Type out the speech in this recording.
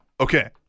okay